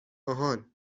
آهان